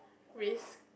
risk